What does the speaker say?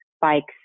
bikes